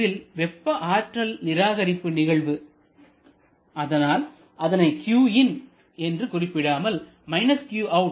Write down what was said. இதில் வெப்ப ஆற்றல் நிராகரிப்பு நிகழ்வு அதனால் அதனை qin என்று குறிப்பிடாமல் −qout